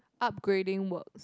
upgrading works